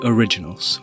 Originals